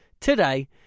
today